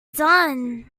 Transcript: done